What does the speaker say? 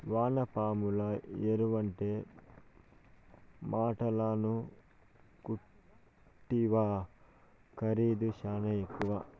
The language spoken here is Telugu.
వానపాముల ఎరువంటే మాటలనుకుంటివా ఖరీదు శానా ఎక్కువే